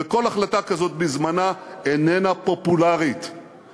וכל החלטה כזאת בזמנה איננה פופולרית,